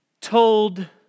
told